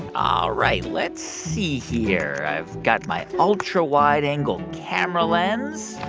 and ah all right. let's see here i've got my ultra-wide-angle camera lens.